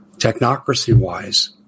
technocracy-wise